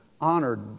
honored